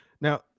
Now